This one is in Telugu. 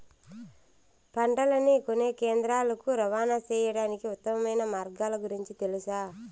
పంటలని కొనే కేంద్రాలు కు రవాణా సేయడానికి ఉత్తమమైన మార్గాల గురించి తెలుసా?